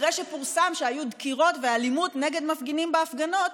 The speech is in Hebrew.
אחרי שפורסם שהיו דקירות ואלימות נגד מפגינים בהפגנה,